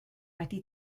wedi